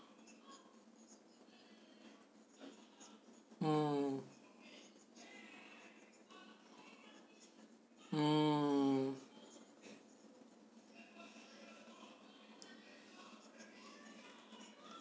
mm mm